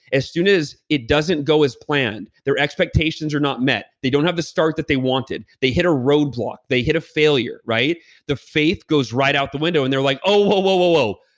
as soon as it doesn't go as planned, their expectations are not met. they don't have the start that they wanted. they hit a roadblock, they hit a failure the faith goes right out the window and they're like, oh, whoa, whoa, whoa, whoa.